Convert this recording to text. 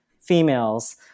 females